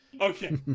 okay